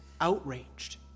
outraged